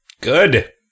Good